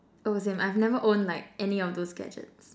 oh same I've never owned like any of those gadgets